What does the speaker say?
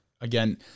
Again